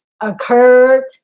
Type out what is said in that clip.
occurred